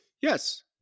Yes